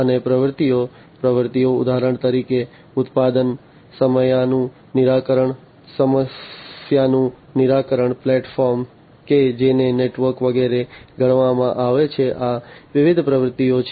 અને પ્રવૃત્તિઓ પ્રવૃત્તિઓ ઉદાહરણ તરીકે ઉત્પાદન સમસ્યાનું નિરાકરણ પ્લેટફોર્મ કે જેને નેટવર્ક વગેરે ગણવામાં આવે છે આ વિવિધ પ્રવૃત્તિઓ છે